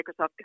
Microsoft